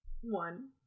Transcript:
One